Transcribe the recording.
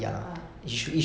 ah